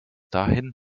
dahin